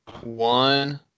one